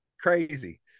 crazy